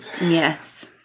Yes